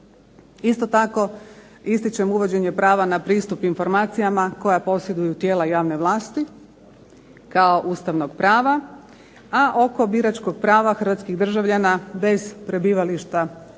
Isto tako ističem uvođenje prava na pristup informacijama koja posjeduju tijela javne vlasti, kao Ustavnog prava, a oko biračkog prava hrvatskih državljana bez prebivališta